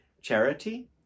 charity